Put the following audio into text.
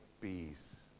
peace